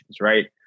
right